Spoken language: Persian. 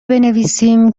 بنویسیم